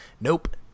Nope